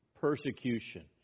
persecution